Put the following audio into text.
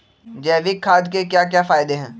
जैविक खाद के क्या क्या फायदे हैं?